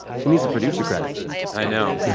she needs a producer credit i know.